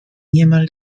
niemal